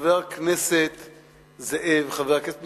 חבר הכנסת זאב, חבר הכנסת מיכאלי,